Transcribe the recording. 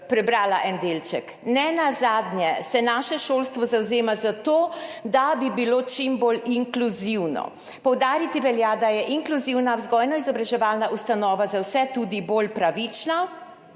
prebrala en delček: »Nenazadnje se naše šolstvo zavzema za to, da bi bilo čim bolj inkluzivno.« Poudariti velja, da je inkluzivna vzgojno-izobraževalna ustanova za vse tudi bolj pravična,